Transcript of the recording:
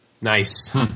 Nice